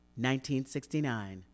1969